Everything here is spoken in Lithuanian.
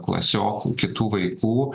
klasiokų kitų vaikų